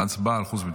הצבעה על חוץ וביטחון.